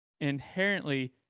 inherently